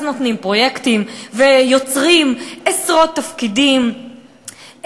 אז נותנים פרויקטים ויוצרים עשרות תפקידים,